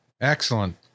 Excellent